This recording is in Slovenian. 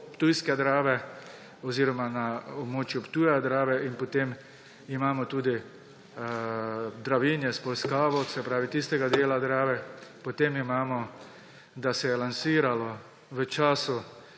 ptujske Drave oziroma na območju Ptuja–Drave in potem imamo tudi Dravinjo s Polskavo, se pravi tistega dela Drave. Potem se je lansiralo v času